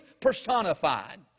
personified